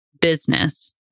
business